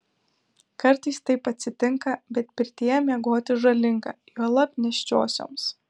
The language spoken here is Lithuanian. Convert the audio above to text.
kartais taip atsitinka bet pirtyje miegoti žalinga juolab nėščiosioms